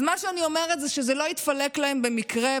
אז מה שאני אומרת זה שזה לא התפלק להם במקרה,